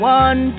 one